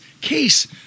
case